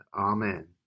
Amen